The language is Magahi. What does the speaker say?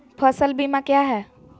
फ़सल बीमा क्या है?